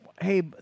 hey